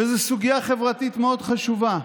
זו סוגיה חברתית מאוד חשובה.